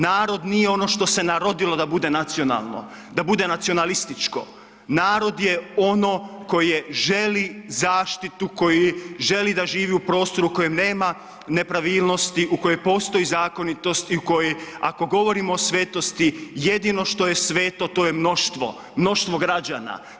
Narod nije ono što se narodilo da bude nacionalno, da bude nacionalističko, narod je ono koje želi zaštitu koji želi da živi u prostoru u kojem nema nepravilnosti, u kojoj postoji zakonitost i u koji ako govorimo o svetosti jedino što je sveto to je mnoštvo, mnoštvo građana.